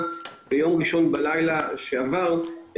ביום שני בצוהריים,